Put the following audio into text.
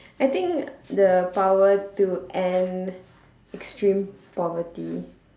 I think the power to end extreme poverty